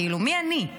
כאילו מי אני?